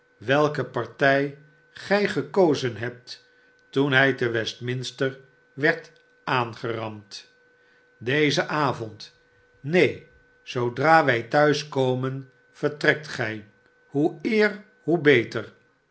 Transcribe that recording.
welke partij gij gekozen hebt toen hij te westminster werd aangerand dezen avond neen zoodra wij thuis komen vertrekt gij hoe eer hoe beter